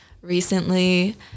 recently